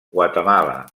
guatemala